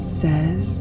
says